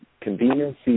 convenience